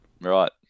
right